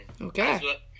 Okay